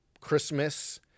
Christmas